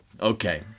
Okay